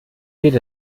geht